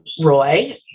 Roy